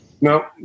No